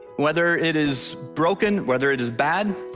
whether it is broken, whether it is bad,